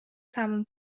تموم